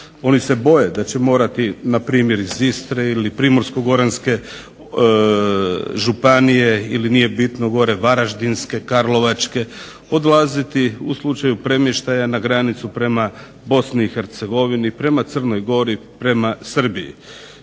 Oni se boje da će morati npr. iz Istre ili Primorsko-goranske županije ili nije bitno gore Varaždinske, Karlovačke odlaziti u slučaju premještaja na granicu prema BiH, prema Crnoj Gori, prema Srbiji.